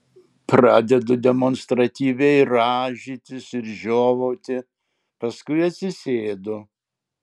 pradedu demonstratyviai rąžytis ir žiovauti paskui atsisėdu